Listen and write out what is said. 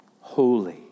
holy